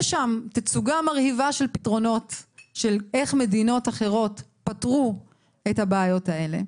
יש שם תצוגה מרהיבה של פתרונות - איך מדינות אחרות פתרו את הבעיות האלה.